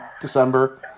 December